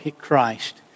Christ